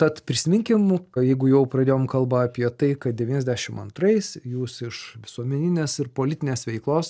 tad prisiminkim jeigu jau pradėjom kalbą apie tai kad devyniasdešim antrais jūs iš visuomeninės ir politinės veiklos